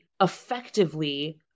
effectively